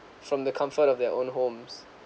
from the comfort of their own homes